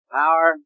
power